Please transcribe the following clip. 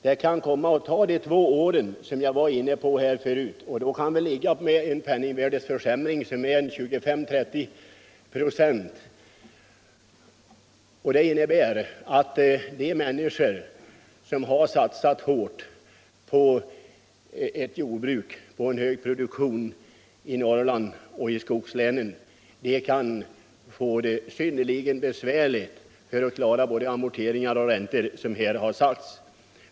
Det kan komma att ta de två år som jag nämnde förut, och då kan vi ha fått en penningvärdeförsämring på 25-30 96. Det innebär att de människor som satsat hårt på en hög jordbruksproduktion i Norrland och skogslänen kan få det synnerligen besvärligt att klara amorteringar och räntor.